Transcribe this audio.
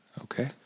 Okay